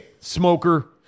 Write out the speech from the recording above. smoker